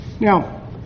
Now